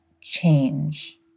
change